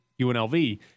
UNLV